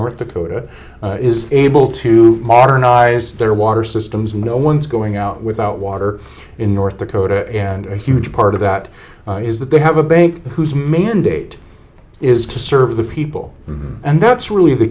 north dakota is able to modernize their water systems and no one's going out without water in north dakota and a huge part of that is that they have a bank whose mandate is to serve the people and that's really the